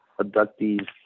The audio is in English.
abductees